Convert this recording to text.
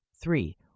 Three